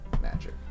magic